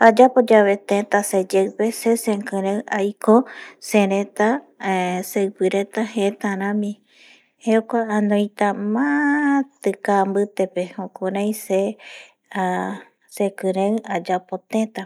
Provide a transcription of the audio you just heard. Ayapo yabe teta seyeipe sekiren aiko sereta, eh seipi reta jeta rami jaeko anoita maati kaa bitepe jukurai se sekiren ayapo teta